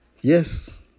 Yes